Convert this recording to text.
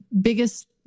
biggest